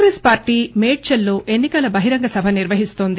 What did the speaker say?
Congress party మేడ్చల్లో ఎన్ని కల బహిరంగ సభ నిర్వహిస్తోంది